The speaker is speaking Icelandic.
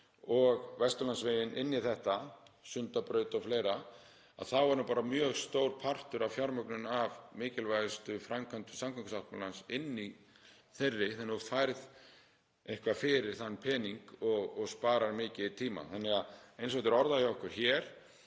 og Vesturlandsveginn inn í þetta, Sundabraut og fleira, þá er bara mjög stór partur af fjármögnun mikilvægustu framkvæmda samgöngusáttmálans inni í þeirri, þannig að þú færð eitthvað fyrir þann pening og sparar mikið í tíma. Eins og þetta er orðað hjá okkur hér